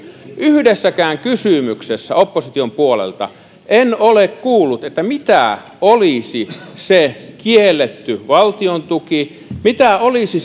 yhdessäkään kysymyksessä opposition puolelta en ole kuullut mitä olisi se kielletty valtiontuki mitä olisi